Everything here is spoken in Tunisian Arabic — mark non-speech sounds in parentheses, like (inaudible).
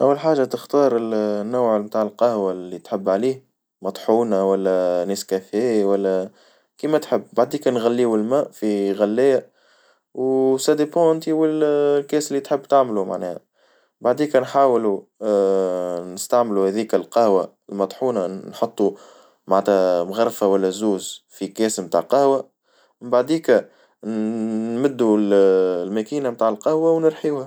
أول حاجة تختار ال (hesitation) نوع متاع القهوة اللي تحب عليه، مطحونة ولا نسكافيه ولا كيما تحب بعديكا نغلي الماء في غلاية وساليبو أول كاس اللي تحب تعملو معناها بعديك نحاولو (hesitation) نستعملو هاذيك القهوة المطحونة نحطو معنتها مغرفة والا زوز في الكاس متاع القهوة بعديكا نمدوا المكينة متاع القهوة ونرحيوها.